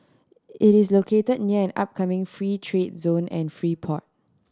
it is locate near an upcoming free trade zone and free port